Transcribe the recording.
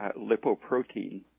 lipoprotein